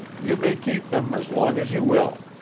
you may keep them as long as you will.